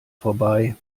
vorbei